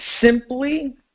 simply